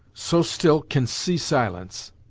so still, can see silence!